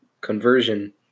conversion